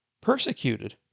persecuted